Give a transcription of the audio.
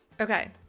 Okay